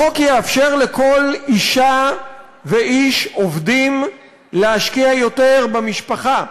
החוק יאפשר לכל אישה ואיש עובדים להשקיע יותר במשפחה,